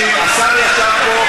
אלא האזרחים והאזרחיות החיים שם,